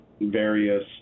various